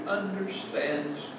understands